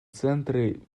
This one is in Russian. центры